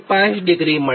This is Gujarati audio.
5 ડિગ્રી મળે